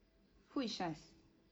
who is syaz